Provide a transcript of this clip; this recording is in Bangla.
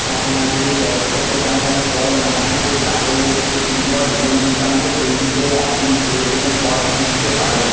আপনার যদি অর্থ প্রদানকারী পদ না থাকে তাহলে একটি দৃঢ় জীবন বৃত্তান্ত তৈরি করে আপনি সেইরকম পদ খুঁজতে পারেন